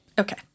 Okay